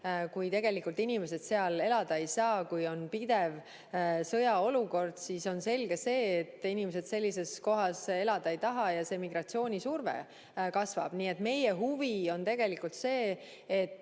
ei toimi, kui inimesed seal elada ei saa, kui on pidev sõjaolukord, siis on selge, et inimesed sellises kohas elada ei taha ja migratsioonisurve kasvab. Nii et meie huvi on tegelikult see, et